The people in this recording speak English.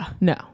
No